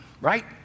right